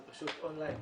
זה פשוט און ליין,